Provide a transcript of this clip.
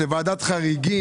לוועדת חריגים,